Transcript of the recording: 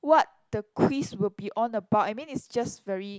what the quiz will be on about I mean it's just very